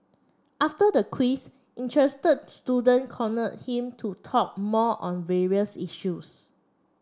after the quiz interested student cornered him to talk more on various issues